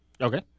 Okay